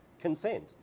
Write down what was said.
consent